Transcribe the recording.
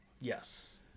Yes